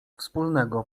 wspólnego